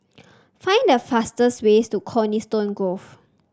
find the fastest way to Coniston Grove